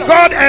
God